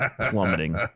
Plummeting